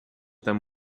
them